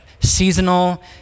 seasonal